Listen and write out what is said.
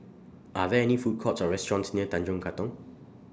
Are There any Food Courts Or restaurants near Tanjong Katong